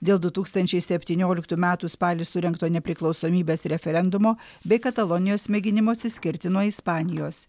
dėl du tūkstančiai septynioliktų metų spalį surengto nepriklausomybės referendumo bei katalonijos mėginimo atsiskirti nuo ispanijos